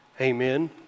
Amen